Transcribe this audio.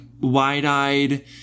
wide-eyed